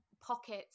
pockets